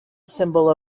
symbol